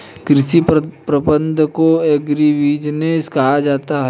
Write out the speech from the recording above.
कृषि प्रबंधन को एग्रीबिजनेस कहा जाता है